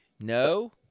No